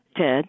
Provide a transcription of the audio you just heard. Ted